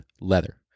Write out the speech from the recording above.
leather